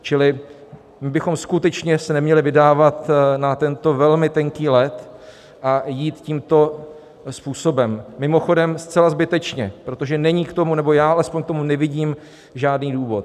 Čili my bychom skutečně se neměli vydávat na tento velmi tenký led a jít tímto způsobem, mimochodem zcela zbytečně, protože není k tomu nebo já alespoň k tomu nevidím žádný důvod.